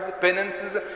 penances